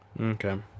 Okay